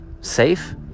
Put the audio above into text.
safe